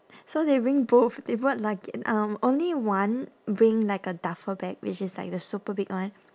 so they bring both they brought lugga~ um only one bring like a duffel bag which is like the super big one